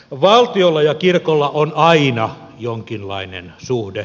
valtiolla ja kirkolla on aina jonkinlainen suhde